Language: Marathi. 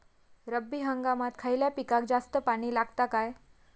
रब्बी हंगामात खयल्या पिकाक जास्त पाणी लागता काय?